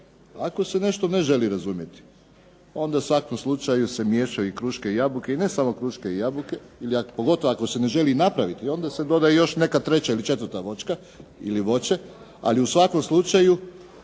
ako se nešto ne želi razumjeti onda u svakom slučaju se miješaju i kruške i jabuke i ne samo kruške i jabuke ili pogotovo ako se ne želi napraviti onda se doda i još neka treća ili četvrta voćka ili voće, ali u svakom slučaju